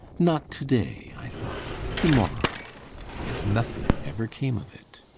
not to-day, i thought to-morrow and nothing ever came of it.